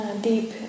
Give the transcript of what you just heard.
deep